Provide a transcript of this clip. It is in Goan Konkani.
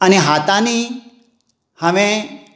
आनी हातांनी हांवें